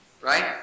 Right